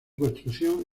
construcción